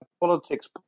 politics